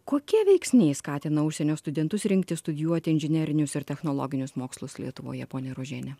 kokie veiksniai skatina užsienio studentus rinktis studijuoti inžinerinius ir technologinius mokslus lietuvoje ponia rožiene